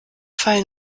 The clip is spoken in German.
fallen